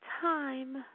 time